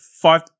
five